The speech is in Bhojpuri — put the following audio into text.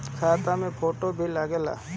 खाता मे फोटो भी लागे ला?